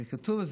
וזה כתוב,